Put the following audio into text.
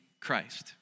Christ